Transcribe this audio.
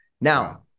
Now